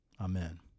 Amen